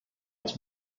its